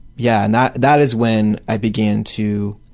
yeah and that that is when i began to